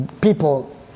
people